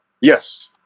Yes